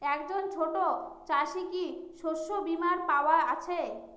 একজন ছোট চাষি কি শস্যবিমার পাওয়ার আছে?